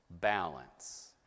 balance